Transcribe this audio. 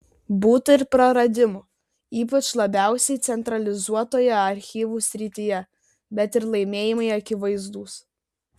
būta ir praradimų ypač labiausiai centralizuotoje archyvų srityje bet ir laimėjimai akivaizdūs